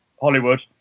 Hollywood